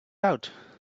out